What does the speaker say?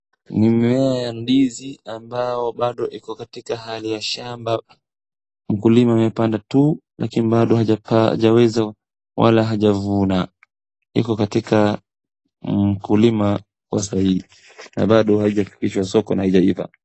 Mimea ya ndizi ambayo bado iko katika hali ya shamba, mkulima amepanda tu lakini bado hajaweza wala hajavuna. Liko katika mkulima wa sahii, na bado haijafikishwa soko na haijaiva.